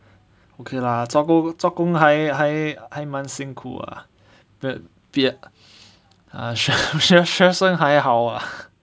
okay lah 做工做工还还还蛮辛苦的学学生还好 lah